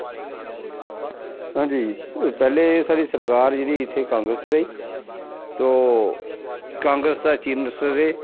हां जी पैह्लें साढ़ी सरकार जेह्डी इत्थै कांग्रेस रेही तो कांग्रेस दा चीफ मनिस्टर रेह्